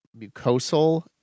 mucosal